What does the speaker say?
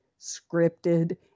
scripted